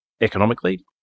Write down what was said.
economically